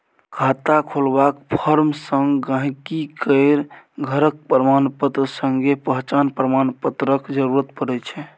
खाता खोलबाक फार्म संग गांहिकी केर घरक प्रमाणपत्र संगे पहचान प्रमाण पत्रक जरुरत परै छै